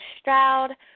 Stroud